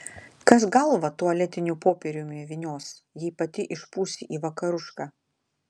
kas galvą tualetiniu popieriumi vynios jei pati išpūsi į vakarušką